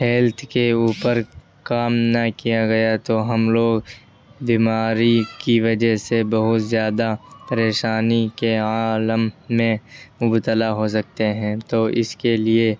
health کے اوپر کام نہ کیا گیا تو ہم لوگ بیماری کی وجہ سے بہت زیادہ پریشانی کے عالم میں مبتلا ہو سکتے ہیں تو اس کے لیے